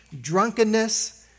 drunkenness